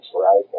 right